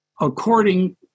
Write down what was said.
according